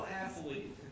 athlete